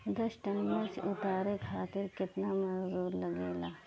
दस टन मिर्च उतारे खातीर केतना मजदुर लागेला?